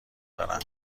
دارم